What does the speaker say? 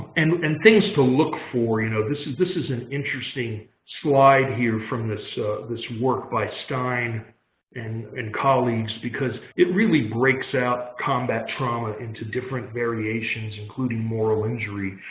and and things to look for you know this is this is an interesting slide here from this this work by stein and and colleagues because it really breaks out combat trauma into different variations, including moral injury.